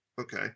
Okay